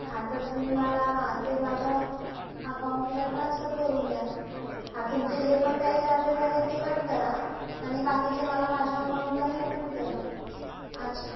हां तर तुम्ही मला हां ते माझ्या अकाउंटला ट्रान्सफर करून द्या हां तुमचे जे पण काही चार्जेस आहेत ते कट करा आणि बाकीचे मला माझ्या अकाउंटला रिफंड करा अच्छा